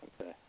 Okay